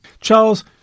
Charles